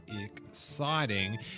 exciting